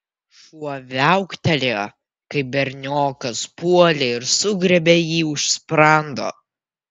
šuo viauktelėjo kai berniokas puolė ir sugriebė jį už sprando